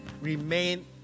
remain